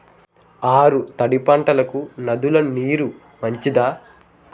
ఆరు తడి పంటలకు నదుల నీరు మంచిదా?